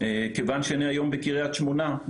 כיוון שאני היום בקריית שמונה,